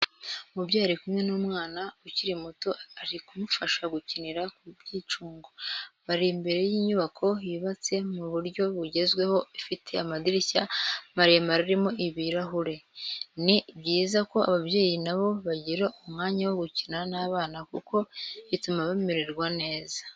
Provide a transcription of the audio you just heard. Umubyeyi ari kumwe n'umwana ukiri muto ari kumufasha gukinira ku mwicungo, bari imbere y'inyubako yubatse mu buryo bugezweho ifite amadirishya maremare arimo ibirahuri. Ni byiza ko ababyeyi nabo bagira umwanya wo gukina n'abana kuko bituma bamererwa neza.